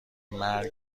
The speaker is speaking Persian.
مرگ